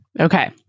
Okay